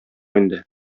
инде